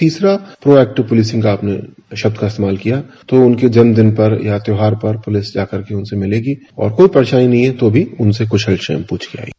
तीसरा active policing का अपने शब्द का इस्तेमाल किया तो उनके जन्म दिन पर या त्यौहार पर पुलिस जा करके उनसे मिलेगी और कोई परेशानी नहीं है तो भी उनसे कुछ सजेशन पूछ कर आयेगी